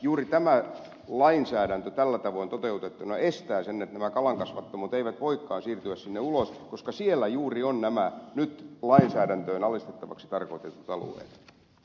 juuri tämä lainsäädäntö tällä tavoin toteutettuna aiheuttaa sen että nämä kalankasvattamot eivät voikaan siirtyä sinne ulos koska siellä juuri ovat nämä nyt lainsäädäntöön alistettaviksi tarkoitetut alueet